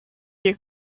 you